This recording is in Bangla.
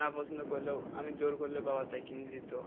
না পছদ করললেও আমি জোর করলে বাবা তাই কিনে দিতো